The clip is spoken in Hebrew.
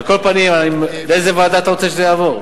על כל פנים, לאיזו ועדה אתה רוצה שזה יעבור?